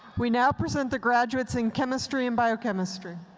we now present the graduates in chemistry and biochemistry.